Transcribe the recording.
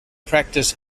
practice